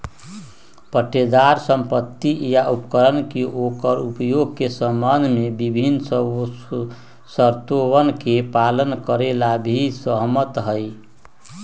पट्टेदार संपत्ति या उपकरण के ओकर उपयोग के संबंध में विभिन्न शर्तोवन के पालन करे ला भी सहमत हई